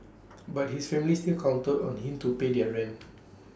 but his family still counted on him to pay their rent